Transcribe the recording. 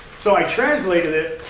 so i translated it,